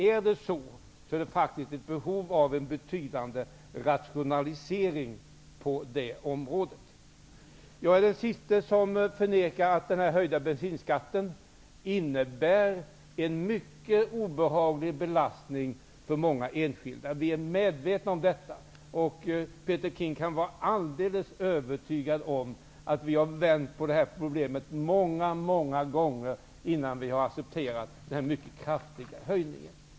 Är det så, då finns det behov av en betydande rationalisering på det området. Jag är den sista att förneka att den höjda bensinskatten innebär en mycket obehaglig ekonomisk belastning för många enskilda. Det är vi medvetna om. Peter Kling kan vara alldeles övertygad om att vi har vänt ut och in på problemet många gånger innan vi accepterade den mycket kraftiga höjningen.